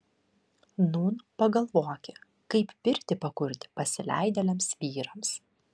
nūn pagalvoki kaip pirtį pakurti pasileidėliams vyrams